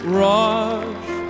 rush